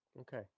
Okay